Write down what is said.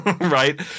Right